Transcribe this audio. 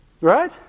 Right